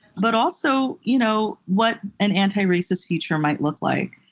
but also you know what an anti-racist future might look like.